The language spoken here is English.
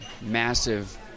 massive